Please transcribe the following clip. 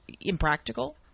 impractical